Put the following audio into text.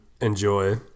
enjoy